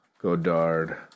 Godard